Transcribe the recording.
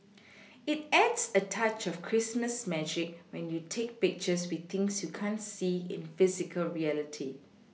it adds a touch of Christmas magic when you take pictures with things you can't see in physical reality